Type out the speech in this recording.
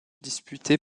disputés